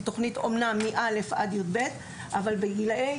אומנם היא תוכנית מא' עד י"ב אבל בגילאי